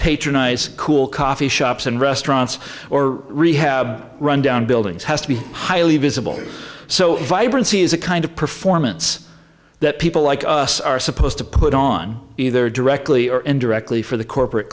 patronize cool coffee shops and restaurants or rehab rundown buildings has to be highly visible so vibrancy is a kind of performance that people like us are supposed to put on either directly or indirectly for the corporate